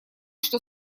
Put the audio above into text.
что